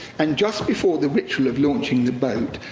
and just before the ritual of launching the boat,